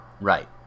Right